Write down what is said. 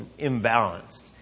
imbalanced